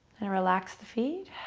and relax the feet.